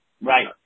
Right